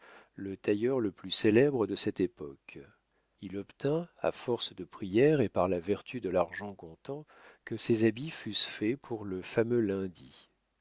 le tailleur le plus célèbre de cette époque il obtint à force de prières et par la vertu de l'argent comptant que ses habits fussent faits pour le fameux lundi